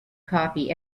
copy